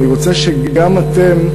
אני רוצה שגם אתם,